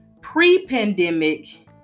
pre-pandemic